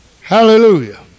Hallelujah